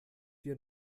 wir